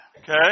okay